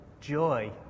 joy